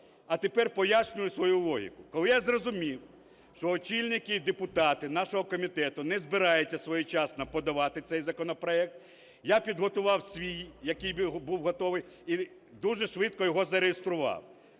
А тепер пояснюю свою логіку. Коли я зрозумів, що очільники і депутати нашого комітету не збираються своєчасно подавати цей законопроект, я підготував свій, який був готовий, і дуже швидко його зареєстрував.